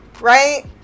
right